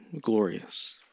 glorious